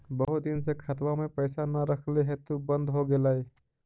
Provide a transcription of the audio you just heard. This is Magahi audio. बहुत दिन से खतबा में पैसा न रखली हेतू बन्द हो गेलैय?